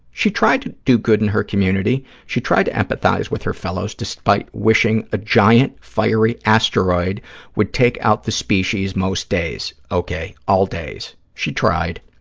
she tried to do good in her community, she tried to empathize with her fellows despite wishing a giant, fiery asteroid would take out the species most days, okay, all days. she tried.